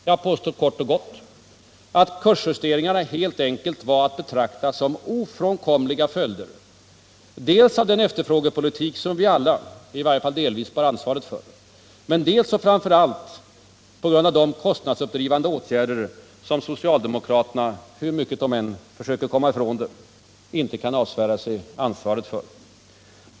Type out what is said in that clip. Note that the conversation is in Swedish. Jag påstår kort och gott att kursjusteringarna helt enkelt var att betrakta som ofrånkomliga följder dels av den efterfrågepolitik som vi alla — i varje fall delvis — bär ansvaret för, dels och framför allt av de kostnadsuppdrivande åtgärder som socialdemokraterna, hur mycket de än försöker komma ifrån det, inte kan avsvära sig ansvaret för.